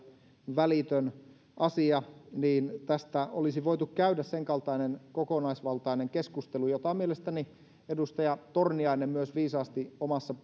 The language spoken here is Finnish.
välitön asia niin tästä olisi voitu käydä sen kaltainen kokonaisvaltainen keskustelu jota mielestäni edustaja torniainen myös viisaasti omassa